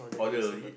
order is it